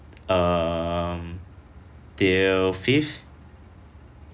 um till fifth